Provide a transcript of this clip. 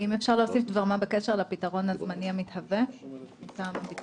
אם אפשר להוסיף דבר מה בקשר לפתרון הזמני המתהווה מטעם משרד